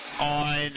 On